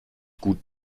gut